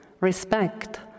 respect